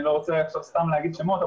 אני לא רוצה עכשיו סתם להגיד שמות,